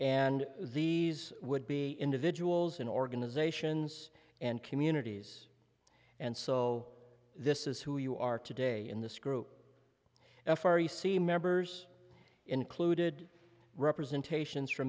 and these would be individuals and organizations and communities and so this is who you are today in this group f r e c members included representations f